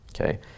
Okay